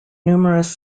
numerous